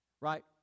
right